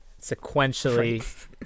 Sequentially